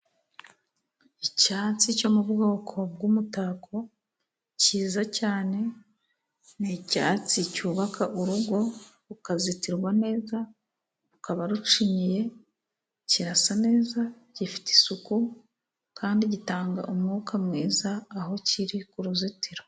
Icyatsi cyo mu bwoko bw'umutako cyiza cyane, ni icyatsi cyubaka urugo rukazitirwa neza, rukaba rucinyiye, kirasa neza gifite isuku, kandi gitanga umwuka mwiza aho kiri ku ruzitiro.